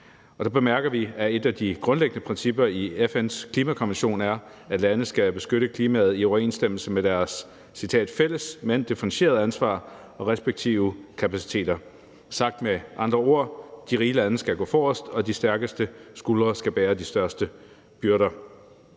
og der bemærker vi, at et af de grundlæggende principper i FN's klimakonvention er, at lande skal beskytte klimaet i overensstemmelse med princippet om et fælles, men differentieret ansvar, og respektive kapaciteter. Sagt med andre ord: De rige lande skal gå forrest, og de stærkeste skuldre skal bære de største byrder.